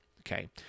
Okay